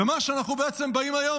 ומה שאנחנו בעצם באים היום,